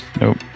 Nope